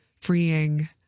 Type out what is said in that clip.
freeing